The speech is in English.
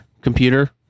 computer